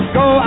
go